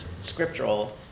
scriptural